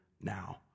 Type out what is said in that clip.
now